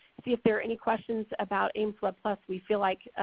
see if there are any questions about aimswebplus. we feel like